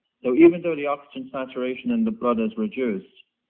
so even though the oxygen saturation in the blood is reduced,